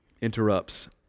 interrupts